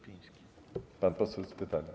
Pan poseł z pytaniem.